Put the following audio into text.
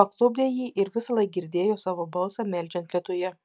paklupdė jį ir visąlaik girdėjo savo balsą meldžiant lietuje